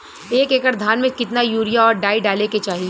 एक एकड़ धान में कितना यूरिया और डाई डाले के चाही?